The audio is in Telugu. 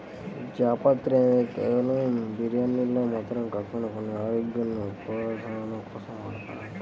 జాపత్రి అనేది కేవలం బిర్యానీల్లో మాత్రమే కాకుండా కొన్ని అనారోగ్యాల నుంచి ఉపశమనం కోసం వాడతారంట